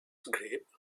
grape